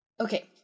Okay